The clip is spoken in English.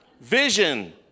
vision